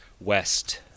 West